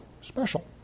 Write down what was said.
special